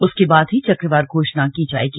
उसके बाद ही चक्रवार घोषणा की जाएगी